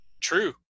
true